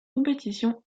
compétitions